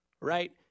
Right